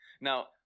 Now